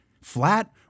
flat